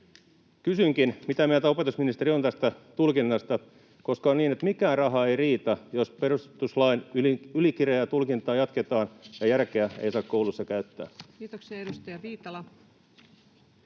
Kysynkin, mitä mieltä opetusministeri on tästä tulkinnasta, koska on niin, että mikään raha ei riitä, jos perustuslain ylikireää tulkintaa jatketaan ja järkeä ei saa kouluissa käyttää. Kiitoksia. — Edustaja Viitala.